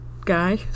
guy